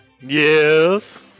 Yes